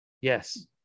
Yes